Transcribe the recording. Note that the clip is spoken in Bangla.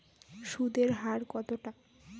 সুদের হার কতটা?